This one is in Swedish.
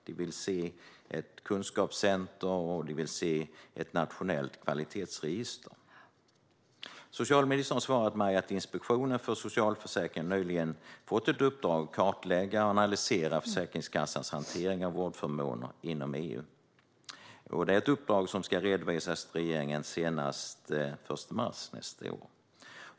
De vill se ett kunskapscenter och ett nationellt kvalitetsregister. Socialministern har svarat mig att Inspektionen för socialförsäkringen nyligen fått ett uppdrag att kartlägga och analysera Försäkringskassans hantering av vårdförmåner inom EU. Det är ett uppdrag som ska redovisas till regeringen senast den 1 mars nästa år.